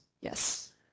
Yes